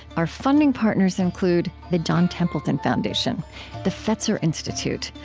our funding partners include the john templeton foundation the fetzer institute,